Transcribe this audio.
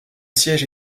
siège